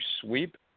sweep